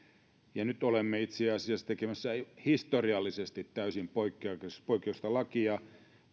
ja nyt olemme itse asiassa tekemässä historiallisesti täysin poikkeuksellista lakia